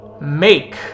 make